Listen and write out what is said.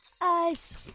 Ice